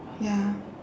ya